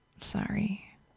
sorry